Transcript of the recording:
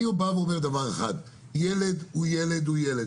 אני אומר דבר אחד: ילד הוא ילד הוא ילד,